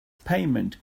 payment